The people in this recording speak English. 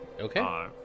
Okay